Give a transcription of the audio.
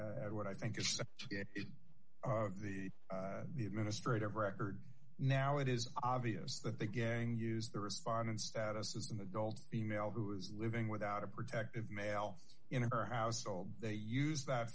counsel what i think is the the administrative record now it is obvious that the gang used to respond in status as an adult female who is living without a protective male in her household they use that